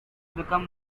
become